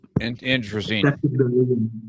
Interesting